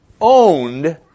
owned